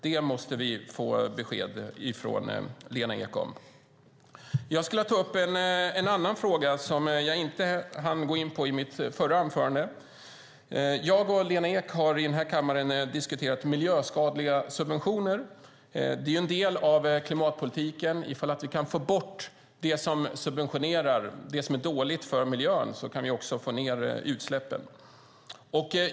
Det måste vi få besked från Lena Ek om. Jag skulle vilja ta upp en annan fråga som jag inte hann gå in på i mitt förra inlägg. Jag och Lena Ek har i den här kammaren diskuterat miljöskadliga subventioner. Det är en del av klimatpolitiken. Ifall vi kan få bort det som subventionerar det som är dåligt för miljön kan vi också få ned utsläppen.